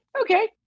okay